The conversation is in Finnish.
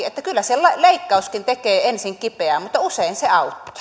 että kyllä se leikkauskin tekee ensin kipeää mutta usein se